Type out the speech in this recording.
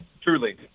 truly